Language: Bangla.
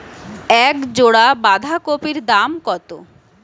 এক জোড়া বাঁধাকপির দাম কত?